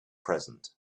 present